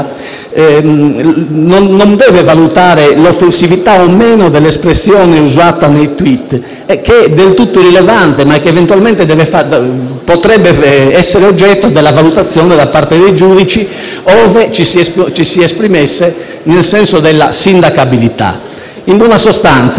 non deve valutare l'offensività o meno delle espressioni usate nei *tweet*, che è del tutto rilevante, ma che eventualmente potrebbe essere oggetto della valutazione dei giudici ove ci si esprimesse nel senso della sindacabilità. In buona sostanza,